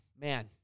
man